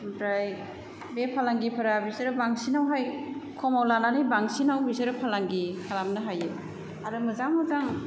ओमफ्राय बे फालांगिफोरा बिसोर बांसिनावहाय खमाव लानानै बांसिनाव बिसोर फालांगि खालामनो हायो आरो मोजां मोजां